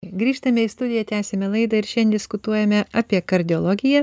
grįžtame į studiją tęsiame laidą diskutuojame apie kardiologiją